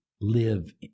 live